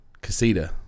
casita